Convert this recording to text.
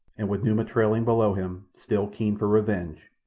and with numa trailing below him, still keen for revenge,